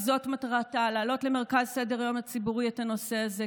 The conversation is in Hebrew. זאת מטרתה: להעלות למרכז סדר-היום הציבורי את הנושא הזה,